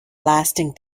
lasting